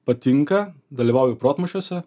patinka dalyvauju protmūšiuose